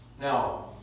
Now